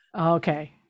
okay